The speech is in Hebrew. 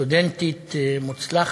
סטודנטית מוצלחת,